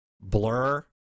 Blur